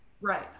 Right